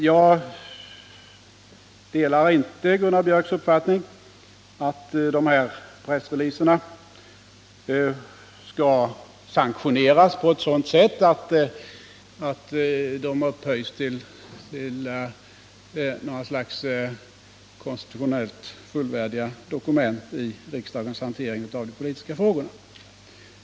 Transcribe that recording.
Jag delar inte Gunnar Biörcks i Värmdö uppfattning att dessa pressreleaser skall få ställningen av något slags konstitutionellt fullvärdiga dokument i riksdagens hantering av de politiska frågorna.